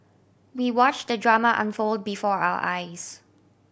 we watch the drama unfold before our eyes